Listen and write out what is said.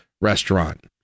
restaurant